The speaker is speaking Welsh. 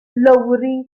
lowri